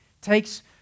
takes